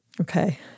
Okay